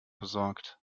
besorgt